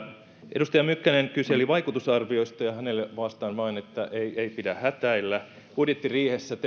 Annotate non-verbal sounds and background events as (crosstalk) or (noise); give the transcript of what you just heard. edustaja mykkänen kyseli vaikutusarvioista ja hänelle vastaan vain että ei ei pidä hätäillä budjettiriihessä (unintelligible)